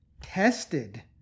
tested